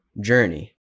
journey